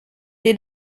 they